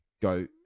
go